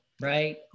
right